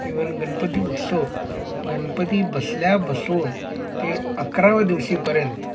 even Ganpati उत्सव गणपती बसल्या बसवून ते अकराव्या दिवशीपर्यंत